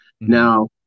Now